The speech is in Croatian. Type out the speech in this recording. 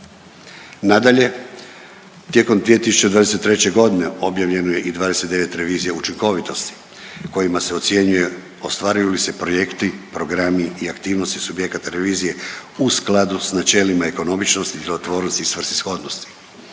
Nadalje, tijekom 2023. godine objavljeno je i 29 revizija učinkovitosti kojima se ocjenjuje ostvaruju li se projekti, programi i aktivnosti subjekata revizije u skladu sa načelima ekonomičnosti, djelotvornosti i svrsishodnosti.